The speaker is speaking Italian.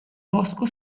bosco